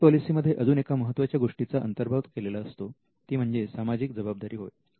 I P पॉलिसीमध्ये अजून एका महत्त्वाच्या गोष्टीचा अंतर्भाव केलेला असतो ती म्हणजे सामाजिक जबाबदारी होय